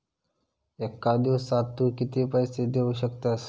एका दिवसात तू किती पैसे देऊ शकतस?